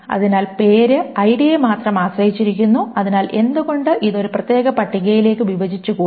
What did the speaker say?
അതിനാൽ പേര് ഐഡിയെ മാത്രം ആശ്രയിച്ചിരിക്കുന്നു അതിനാൽ എന്തുകൊണ്ട് ഇത് ഒരു പ്രത്യേക പട്ടികയിലേക്ക് വിഭജിച്ചുകൂടാ